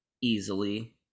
easily